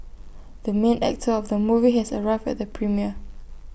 the main actor of the movie has arrived at the premiere